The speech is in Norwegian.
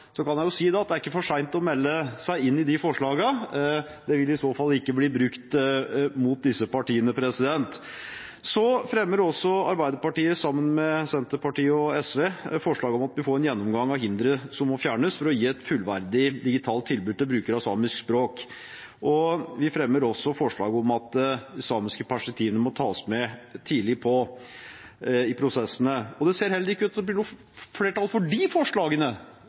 Så kan jeg si at det er ikke for sent å melde seg inn i de forslagene. Det vil i så fall ikke bli brukt mot disse partiene. Arbeiderpartiet fremmer også sammen med Senterpartiet og SV forslag om å få en gjennomgang av hindre som må fjernes for å gi et fullverdig digitalt tilbud til brukere av samisk språk. Vi fremmer også forslag om at det samiske perspektivet må tas med tidlig i prosessene. Det ser heller ikke ut til at det blir flertall for de forslagene.